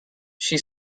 she